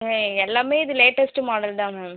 ஆ எல்லாமே இது latest model தான் மேம்